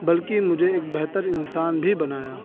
بلکہ مجھے ایک بہتر انسان بھی بنایا